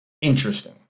interesting